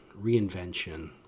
reinvention